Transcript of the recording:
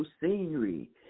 scenery